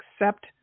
accept